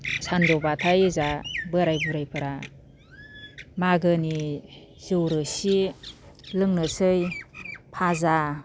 सानजौब्लाथाय जा बोराइ बुरैफोरा मागोनि जौ रोसि लोंनोसै फाजा